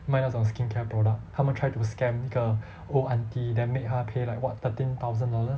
卖那种 skin care product 他们 try to scam 一个 old aunty then make 她 pay like what thirteen thousand dollars